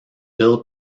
bill